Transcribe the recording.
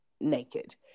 naked